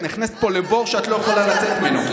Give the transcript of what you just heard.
את נכנסת פה לבור שאת לא יכולה לצאת ממנו.